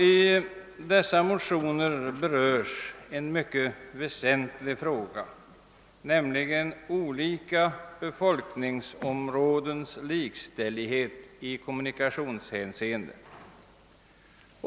I dessa motioner berörs en mycket väsentlig fråga, nämligen olika befolkningsområdens likställighet i kommunikationshänseende.